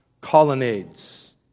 colonnades